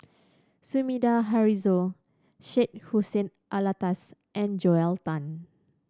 Sumida Haruzo Syed Hussein Alatas and Joel Tan